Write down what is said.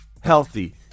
healthy